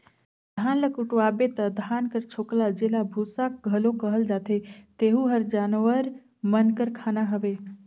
धान ल कुटवाबे ता धान कर छोकला जेला बूसा घलो कहल जाथे तेहू हर जानवर मन कर खाना हवे